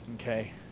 Okay